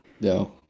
No